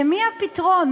למי הפתרון?